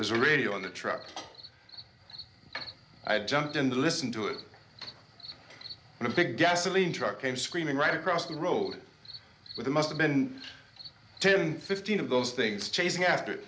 this radio on the truck i jumped in to listen to it and a big gasoline truck came screaming right across the road with must have been ten fifteen of those things chasing after